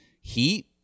Heat